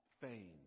fame